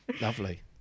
lovely